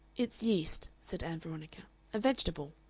it's yeast, said ann veronica a vegetable.